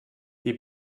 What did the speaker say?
wir